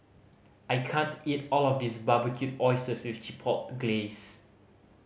I can't eat all of this Barbecued Oysters with Chipotle Glaze